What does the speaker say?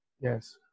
Yes